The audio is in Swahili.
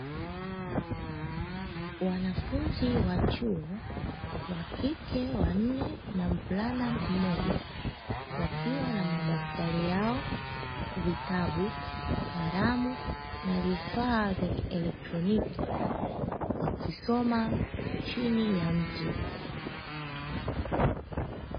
Wanafunzi wa chuo wakike wanne na mvulana mmoja wakiwa na madaftari yao, vitabu, kalamu na vifaa vya kielektroniki wakisoma chini ya mti.